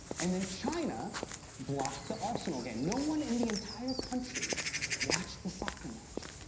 and then china blocked the arsenal game. no one in the entire country watched the soccer match.